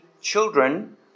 children